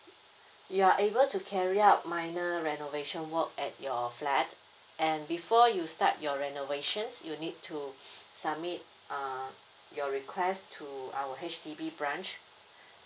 you're able to carry out minor renovation work at your flat and before you start your renovations you need to submit uh your request to our H_D_B branch